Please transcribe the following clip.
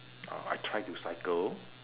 oh I try to cycle